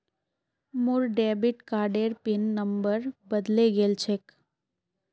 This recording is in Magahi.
मोर डेबिट कार्डेर पिन नंबर बदले गेल छेक